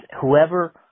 whoever